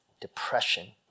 depression